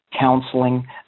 counseling